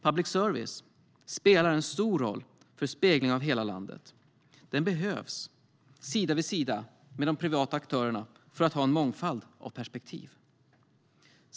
Public service spelar en stor roll för speglingen av hela landet. Den behövs sida vid sida med de privata aktörerna för att ha en mångfald av perspektiv.